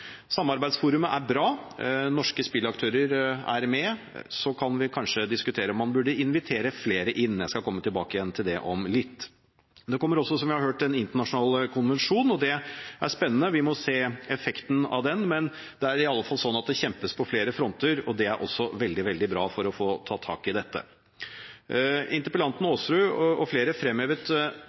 Samarbeidsforumet er bra. Norske spillaktører er med. Vi kan kanskje diskutere om man burde invitere flere inn. Jeg skal komme tilbake til det om litt. Det kommer også – som vi har hørt – en internasjonal konvensjon. Det er spennende. Vi må se på effekten av den, men det er i alle fall slik at det kjempes på flere fronter. Det er også veldig bra – for å få tatt tak i dette. Interpellanten, Aasrud, og flere andre fremhevet